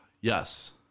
Yes